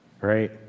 right